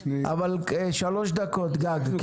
אבל שלוש דקות גג.